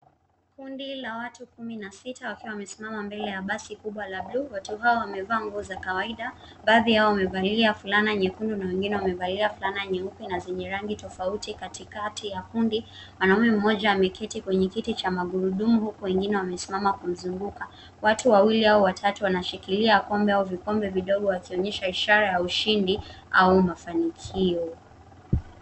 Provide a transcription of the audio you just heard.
Kundi la watu kumi na sita wakiwa wamesimama mbele ya basi kubwa la buluu .Watu hawa wamevaa nguo za kawaida. Baadhi yao wamevalia fulana nyekundu na wengine wamevalia fulana nyeupe na zenye rangi tofauti. Katikati ya kundi, mwanamume mmoja ameketi kwenye kiti cha magurudumu huku wengine wamesimama kumzunguka. Watu wawili au watatu wanashikilia kombe au vikombe vidogo wakionyesha ishara ya ushindi au mafanikio.